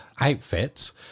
outfits